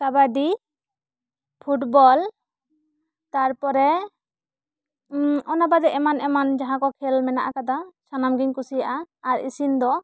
kabaddi football ᱛᱟᱨᱯᱚᱨᱮ ᱚᱱᱟ ᱵᱟᱫᱽ ᱮᱢᱟᱱ ᱮᱢᱟᱱ ᱡᱟᱦᱟᱸ ᱠᱚ ᱠᱷᱮᱞ ᱢᱮᱱᱟᱜ ᱟᱠᱟᱫᱟ ᱥᱟᱱᱟᱢ ᱜᱤᱧ ᱠᱩᱥᱤᱭᱟᱜ ᱟ ᱟᱨ ᱤᱥᱤᱱ ᱫᱚ